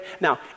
Now